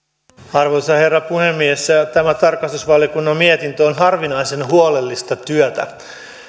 arvoisa herra puhemies tämä tarkastusvaliokunnan mietintö on harvinaisen huolellista työtä